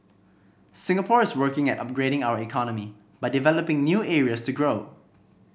Singapore is working at upgrading our economy by developing new areas to grow